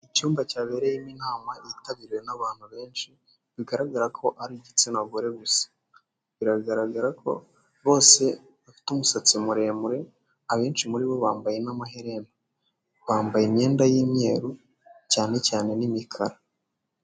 Icyumba cyabereyemo inama yitabiriwe n'abantu benshi, bigaragara ko ari igitsina gore gusa, biragaragara ko bose bafite umusatsi muremure, abenshi muri bo bambaye n'amaherena, bambaye imyenda y'umweru cyane cyane n'imikara.